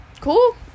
cool